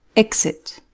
exit